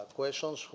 questions